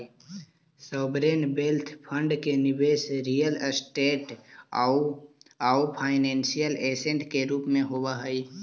sovereign wealth fund के निवेश real estate आउ फाइनेंशियल ऐसेट के रूप में होवऽ हई